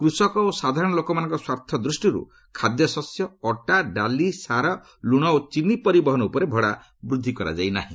କୃଷକ ଓ ସାଧାରଣ ଲୋକମାନଙ୍କ ସ୍ୱାର୍ଥ ଦୃଷ୍ଟିରୁ ଖାଦ୍ୟଶସ୍ୟ ଅଟା ଡାଲି ସାର ଲୁଣ ଓ ଚିନି ପରିବହନ ଉପରେ ଭଡ଼ା ବୃଦ୍ଧି କରାଯାଇ ନାହିଁ